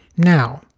now,